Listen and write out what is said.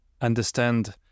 understand